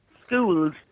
schools